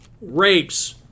rapes